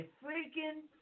freaking